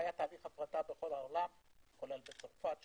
והיה תהליך הפרטה בכל העולם כולל בצרפת,